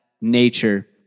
nature